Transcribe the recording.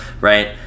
right